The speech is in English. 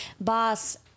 Boss